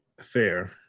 fair